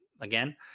again